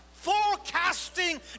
forecasting